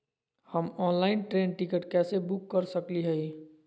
हम online train ticket कैसे book कर सकली हई?